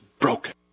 broken